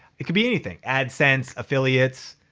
it can be anything. adsense, affiliates,